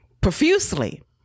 profusely